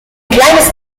kleines